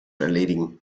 erledigen